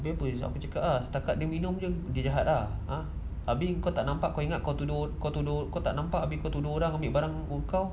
aku cakap ah setakat dia minum dia jahat ah habis kau tak nampak kau ingat kau tuduh kau tuduh kau tak nampak habis kau tuduh orang ambil barang kau